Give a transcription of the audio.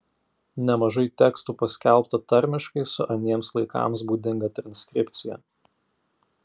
nemažai tekstų paskelbta tarmiškai su aniems laikams būdinga transkripcija